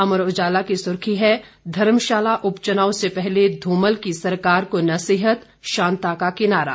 अमर उजाला की सुर्खी है धर्मशाला उपचुनाव से पहले ध्रमल की सरकार को नसीहत शांता का किनारा